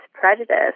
prejudice